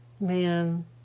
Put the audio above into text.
man